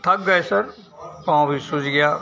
थक गए सर पाँव भी सूज गया